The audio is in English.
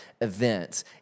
events